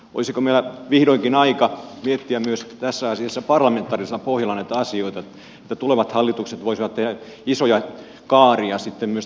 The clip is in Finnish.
olisiko meillä vihdoinkin aika miettiä myös tässä asiassa parlamentaarisella pohjalla näitä asioita että tulevat hallitukset voisivat tehdä isoja kaaria myös tämän asuntopolitiikan suhteen